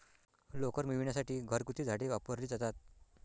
लोकर मिळविण्यासाठी घरगुती झाडे वापरली जातात